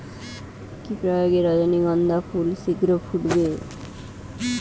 কি প্রয়োগে রজনীগন্ধা ফুল শিঘ্র ফুটবে?